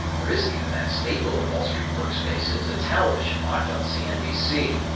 there isn't even that staple of wall street workspaces, a television locked on cnbc.